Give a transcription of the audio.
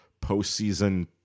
postseason